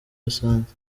rusange